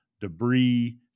debris